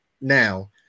now